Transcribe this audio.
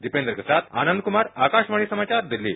दीपेन्द्र से साथ आनंद कुमार आकाशवाणी समाचार दिल्ली